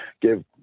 Give